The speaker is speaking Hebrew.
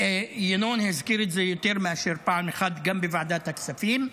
ינון הזכיר את זה יותר מאשר פעם אחת גם בוועדת הכספים.